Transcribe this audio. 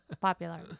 popular